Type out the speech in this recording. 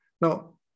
Now